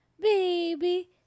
Baby